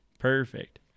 perfect